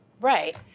Right